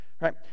Right